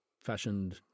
fashioned